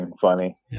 funny